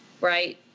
right